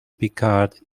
picard